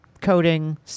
coding